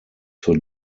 zur